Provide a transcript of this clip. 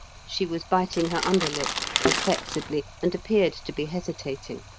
she was biting her under lip perplexedly, and appeared to be hesitating.